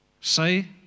Say